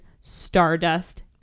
Stardust